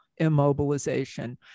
immobilization